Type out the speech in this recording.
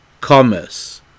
commerce